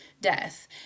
death